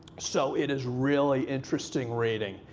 so it is really interesting reading.